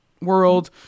world